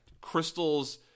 Crystal's